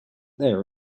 there